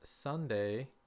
sunday